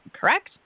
correct